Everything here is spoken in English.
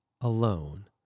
alone